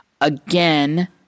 Again